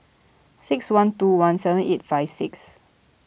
six one two one seven eight five six